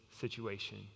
situation